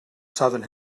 southern